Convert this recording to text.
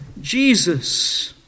Jesus